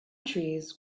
trees